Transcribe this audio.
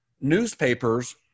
newspapers